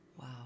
Wow